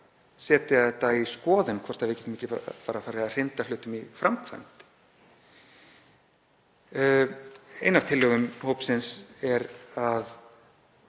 setja þetta í skoðun, hvort við getum ekki bara farið að hrinda hlutum í framkvæmd. Ein af tillögum hópsins er að